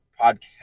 podcast